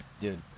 Dude